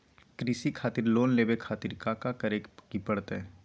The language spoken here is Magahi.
कृषि खातिर लोन लेवे खातिर काका करे की परतई?